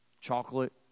chocolate